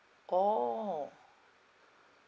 orh